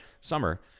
summer